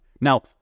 Now